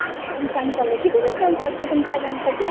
माझी पण छान चालली आहे किती दिवसांचा असतो तुमचा गणपती